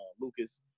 Lucas